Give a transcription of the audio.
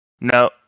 No